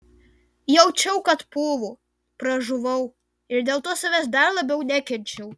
jaučiau kad pūvu pražuvau ir dėl to savęs dar labiau nekenčiau